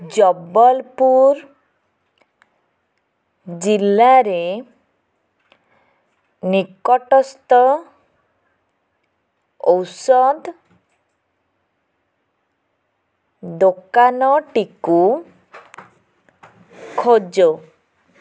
ଜବଲପୁର ଜିଲ୍ଲାରେ ନିକଟସ୍ଥ ଔଷଧ ଦୋକାନଟିକୁ ଖୋଜ